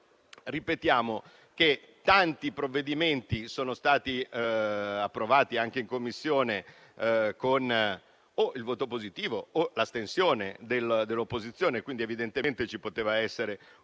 ripetiamo che tanti provvedimenti sono stati approvati in Commissione con il voto favorevole o con l'astensione dell'opposizione e, quindi, evidentemente ci poteva essere un certo